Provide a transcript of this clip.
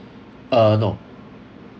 uh no